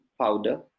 powder